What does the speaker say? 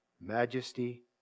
majesty